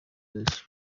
yesu